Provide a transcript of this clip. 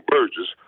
Burgess